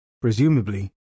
Presumably